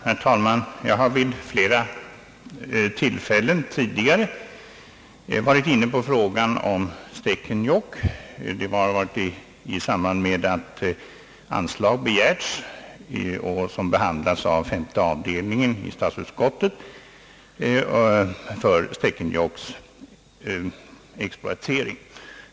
Herr talman! Jag har tidigare vid flera tillfällen varit inne på frågan om Stekenjokks exploatering, i samband med att anslag begärts och statsutskottets femte avdelning behandlat ärendet.